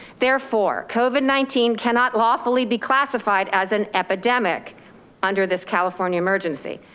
therefore covid nineteen cannot lawfully be classified as an epidemic under this california emergency.